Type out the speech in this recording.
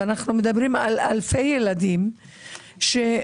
ואנחנו מדברים על אלפי ילדים שמחייבים